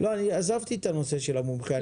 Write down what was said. אני עזבתי את הנושא של המומחה.